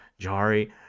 Jari